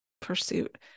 pursuit